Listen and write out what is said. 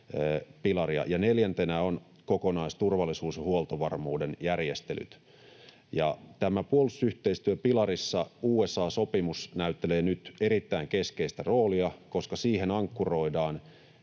neljäntenä ovat kokonaisturvallisuus ja huoltovarmuuden järjestelyt. Tämän puolustusyhteistyön pilarissa USA-sopimus näyttelee nyt erittäin keskeistä roolia, koska siihen ankkuroidaan